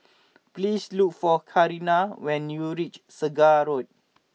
please look for Carina when you reach Segar Road